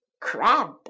crab